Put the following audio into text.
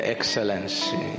Excellency